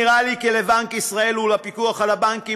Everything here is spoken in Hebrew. נראה לי כי לבנק ישראל ולפיקוח על הבנקים